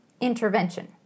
Intervention